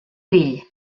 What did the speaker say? grill